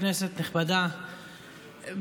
כנסת נכבדה,